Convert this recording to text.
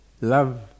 love